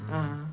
a'ah